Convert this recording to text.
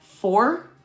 four